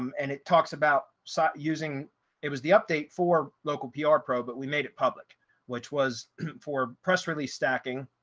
um and it talks about so using it was the update for local pr pro but we made it public which was for press release stacking.